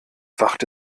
wachte